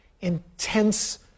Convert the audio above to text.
intense